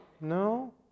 no